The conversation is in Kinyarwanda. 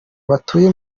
batuye